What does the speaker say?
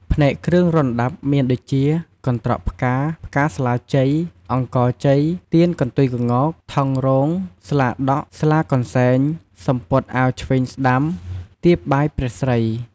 ផ្នែកគ្រឿងរណ្តាប់ មានដូចជា កន្ត្រកផ្កា ផ្កាស្លាជ័យ អង្ករជ័យ ទៀនកន្ទុយក្ងោក ថង់រង ស្លាដក់ ស្លាកន្សែង សំពត់អាវឆ្វេងស្តាំ តៀបបាយព្រះស្រី។